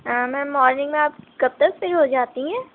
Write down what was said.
میم میں مارننگ میں آپ کب تک فری ہو جاتی ہیں